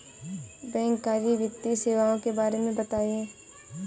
बैंककारी वित्तीय सेवाओं के बारे में बताएँ?